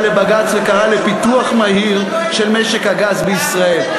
לבג"ץ וקראה לפיתוח מהיר של משק הגז בישראל.